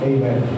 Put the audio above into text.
Amen